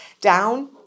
Down